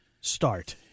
start